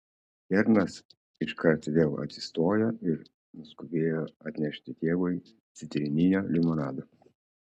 kernas iškart vėl atsistojo ir nuskubėjo atnešti tėvui citrininio limonado